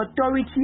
authority